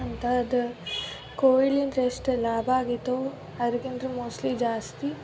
ಅಂಥದ್ದು ಕೋವಿಡ್ಲಿಂತ ಎಷ್ಟು ಲಾಭ ಆಗಿತ್ತು ಅದ್ರುಕ್ಕಿಂತ್ರ ಮೋಸ್ಟ್ಲಿ ಜಾಸ್ತಿ